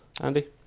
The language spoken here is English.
Andy